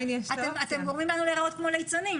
אתם גורמים לנו להיראות ליצנים,